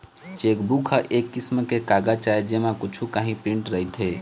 chequebook ह एक किसम के कागज आय जेमा कुछ काही प्रिंट रहिथे